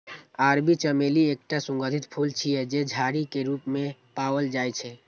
अरबी चमेली एकटा सुगंधित फूल छियै, जे झाड़ी के रूप मे पाओल जाइ छै